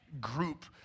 group